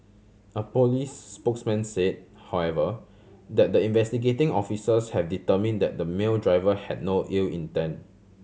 a police spokesman say however that the investigating officers have determine that the male driver had no ill intent